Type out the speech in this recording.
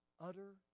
utter